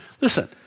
Listen